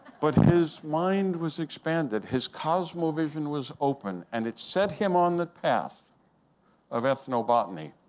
but his mind was expanded. his cosmo vision was open. and it set him on the path of ethnobotany.